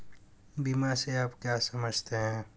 बीमा से आप क्या समझते हैं?